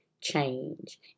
change